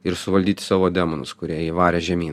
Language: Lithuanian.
ir suvaldyti savo demonus kurie jį varė žemyn